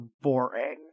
boring